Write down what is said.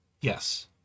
Yes